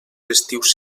festius